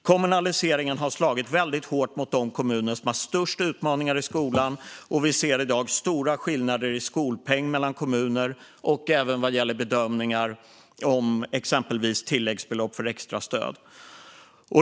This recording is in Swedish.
Kommunaliseringen har slagit hårt mot de kommuner som har störst utmaningar i skolan, och vi ser i dag stora skillnader i skolpeng mellan kommuner och även vad gäller bedömningar om exempelvis tilläggsbelopp för extra stöd.